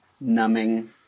numbing